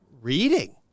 Reading